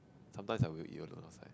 sometimes I will eat alone outside